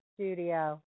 studio